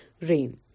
rain